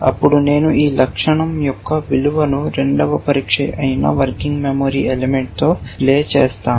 అప్పుడు నేను ఈ లక్షణం యొక్క విలువను రెండవ పరీక్ష అయిన వర్కింగ్ మెమరీ ఎలిమెంట్తో ప్లే చేస్తాను